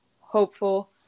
hopeful